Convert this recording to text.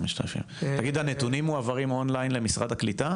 תגיד, הנתונים מועברים און ליין למשרד הקליטה?